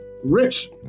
rich